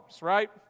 right